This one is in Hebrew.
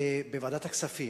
בוועדת הכספים,